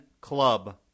Club